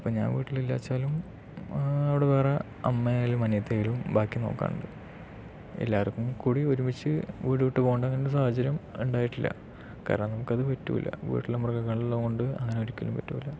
അത് ഇപ്പോൾ ഞാൻ വീട്ടിൽ ഇല്ലാ എന്ന് വെച്ചാലും അവിടെ വേറെ അമ്മയായാലും അനിയത്തിയായലും ബാക്കി നോക്കാറുണ്ട് എല്ലാർക്കും കൂടി ഒരുമിച്ച് വീട് വിട്ട് പോകേണ്ട അങ്ങനെ ഒരു സാഹചര്യം ഉണ്ടായിട്ടില്ല കാരണം നമുക്ക് അത് പറ്റുകയില്ല വീട്ടില് മൃഗങ്ങൾ എല്ലാം ഉള്ളത് കൊണ്ട് അങ്ങനെ ഒരിക്കലും പറ്റുകയില്ല